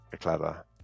clever